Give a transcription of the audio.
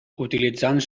utilitzant